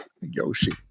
Yoshi